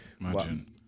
Imagine